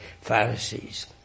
Pharisees